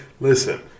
Listen